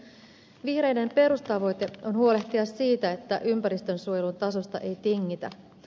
vihreiden perustavoite on huolehtia siitä että ympäristönsuojelun tasosta ei tingitä